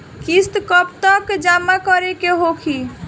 किस्त कब तक जमा करें के होखी?